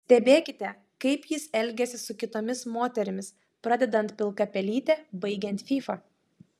stebėkite kaip jis elgiasi su kitomis moterimis pradedant pilka pelyte baigiant fyfa